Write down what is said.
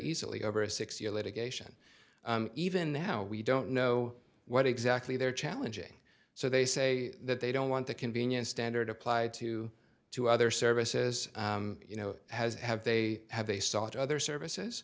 easily over a six year litigation even now we don't know what exactly they're challenging so they say that they don't want the convenience standard applied to two other services you know has have they have a soft other services